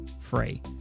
free